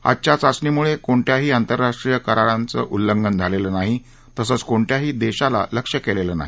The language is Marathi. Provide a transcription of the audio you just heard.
आजच्या चाचणीमुळे कोणत्याही आंतरराष्ट्रीय कराराचं उल्लंघन झालेलं नाही तसंच कोणत्याही देशाला लक्ष्य केलेलं नाही